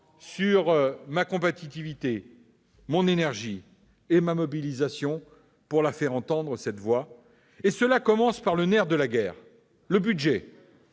sur ma combativité, mon énergie et ma mobilisation pour la faire entendre. Cela commence par le nerf de la guerre : le budget.